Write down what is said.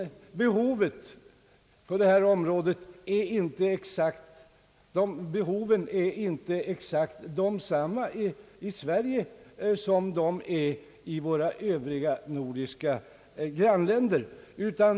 Behoven på detta område är nämligen inte exakt desamma i Sverige som i våra nordiska grannländer.